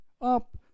up